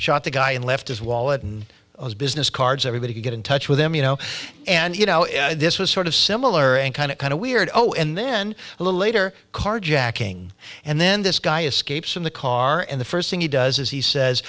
shot the guy and left his wallet and business cards everybody could get in touch with him you know and you know this was sort of similar and kind of kind of weird oh and then a little later carjacking and then this guy escapes from the car and the first thing he does is he says